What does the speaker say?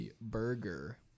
Burger